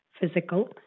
physical